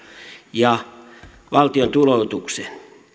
ja valtion tuloutuksen